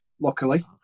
luckily